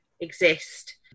exist